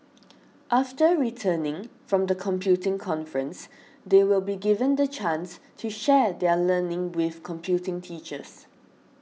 after returning from the computing conference they will be given the chance to share their learning with computing teachers